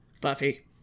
Buffy